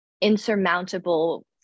insurmountable